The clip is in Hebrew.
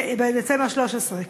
בדצמבר 2013,